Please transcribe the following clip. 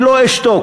אני לא אשתוק,